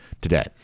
today